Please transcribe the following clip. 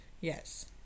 Yes